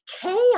chaos